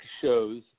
shows